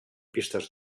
pistes